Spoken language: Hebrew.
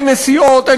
אין דמי נסיעות,